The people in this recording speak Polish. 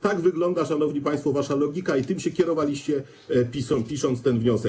Tak wygląda, szanowni państwo, wasza logika i tym się kierowaliście, pisząc ten wniosek.